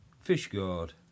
Fishguard